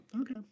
okay